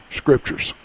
scriptures